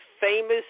famous